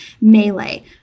Melee